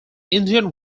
indian